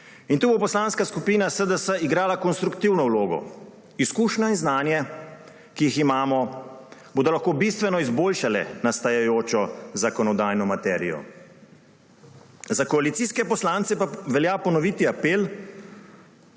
Tu bo Poslanska skupina SDS igrala konstruktivno vlogo. Izkušnje in znanje, ki jih imamo, bodo lahko bistveno izboljšali nastajajočo zakonodajno materijo. Za koalicijske poslance pa velja ponoviti apel,